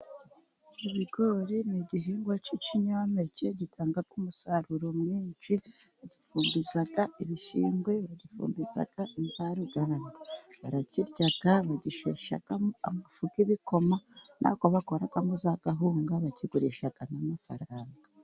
Ibigori ni igihingwa cy'ikinyampeke gitanga umusaruro mwinshi, bagifumbiza ibishingwe , bagifumbiza imvaruganda, barakirya, bagisheshagamo amafu y'igikoma nako bakoragamo za kawunga bakigurisha lmo amafaranga.